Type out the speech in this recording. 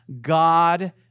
God